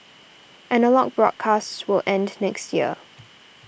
analogue broadcasts will end next year